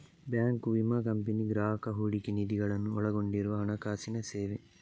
bank, ವಿಮಾ company, ಗ್ರಾಹಕ ಹೂಡಿಕೆ ನಿಧಿಗಳನ್ನು ಒಳಗೊಂಡಿರುವ ಹಣಕಾಸಿನ ಸೇವೆ